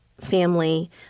family